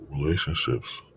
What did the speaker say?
relationships